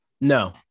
No